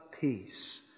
peace